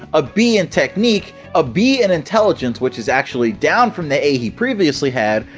a b in technique, a b in intelligence which is actually down from the a he previously had,